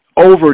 Over